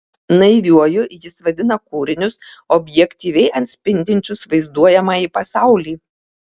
naiviuoju jis vadina kūrinius objektyviai atspindinčius vaizduojamąjį pasaulį